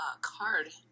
card